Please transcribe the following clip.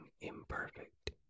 imperfect